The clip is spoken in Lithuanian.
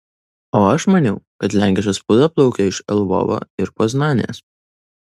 o aš maniau kad lenkiška spauda plaukė iš lvovo ir poznanės